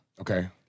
Okay